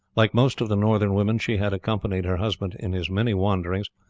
like most of the northern women she had accompanied her husband in his many wanderings,